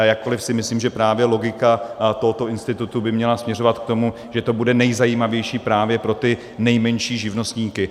Jakkoliv si myslím, že právě logika tohoto institutu by měla směřovat k tomu, že to bude nejzajímavější právě pro ty nejmenší živnostníky.